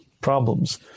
problems